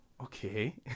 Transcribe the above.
Okay